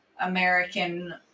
American